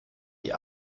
die